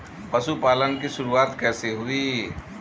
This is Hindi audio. पशुपालन की शुरुआत कैसे हुई?